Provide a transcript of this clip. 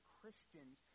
Christians